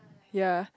yea